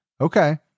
Okay